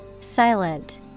silent